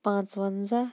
پانٛژوَنزَہ